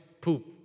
poop